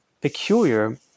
peculiar